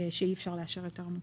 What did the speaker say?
אי-אפשר לאשר יותר.